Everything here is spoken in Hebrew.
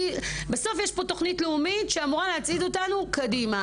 בסוף יש פה תוכנית לאומית שאמורה להצעיד אותנו קדימה.